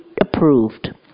approved